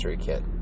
kit